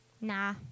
Nah